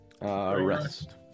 Rest